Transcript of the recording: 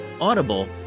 Audible